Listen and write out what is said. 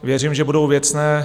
Věřím, že budou věcné.